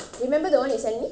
remember the one you send me